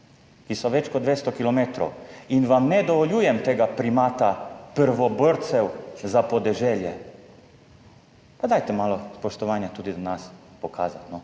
ki so več kot 200 kilometrov. In vam ne dovoljujem tega primata prvoborcev za podeželje. Pa dajte malo spoštovanja tudi do nas pokazati, no.